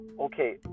Okay